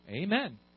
Amen